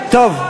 טוב,